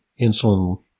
insulin